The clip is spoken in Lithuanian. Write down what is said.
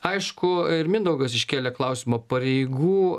aišku ir mindaugas iškėlė klausimą pareigų